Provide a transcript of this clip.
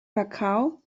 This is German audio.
macau